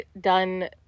done